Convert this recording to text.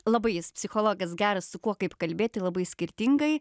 labai jis psichologas geras su kuo kaip kalbėti labai skirtingai